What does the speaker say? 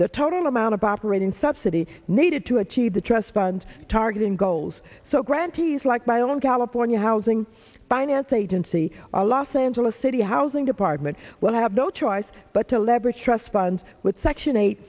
the total amount of operating subsidy needed to achieve the trust fund targeting goals so grantees like my own california housing finance agency a los angeles city housing department well i have no choice but to leverage trust bonds with section eight